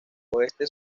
oeste